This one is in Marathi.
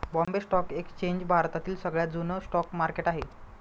बॉम्बे स्टॉक एक्सचेंज भारतातील सगळ्यात जुन स्टॉक मार्केट आहे